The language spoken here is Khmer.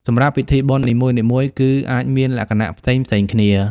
សម្រាប់ពិធីបុណ្យនីមួយៗគឺអាចមានលក្ខណៈផ្សេងៗគ្នា។